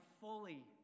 fully